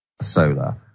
Solar